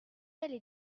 allez